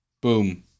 Boom